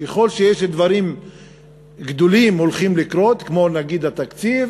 ככל שיש דברים גדולים שהולכים לקרות, כמו התקציב,